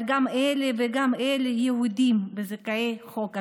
אבל גם אלה וגם אלה יהודים וזכאי חוק השבות.